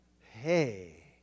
hey